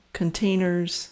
containers